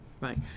Right